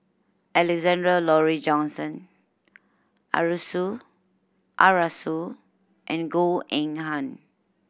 Alexander Laurie Johnston Arasu Arasu and Goh Eng Han